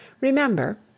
remember